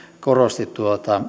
korostivat